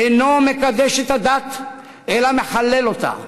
אינו מקדש את הדת אלא מחלל אותה.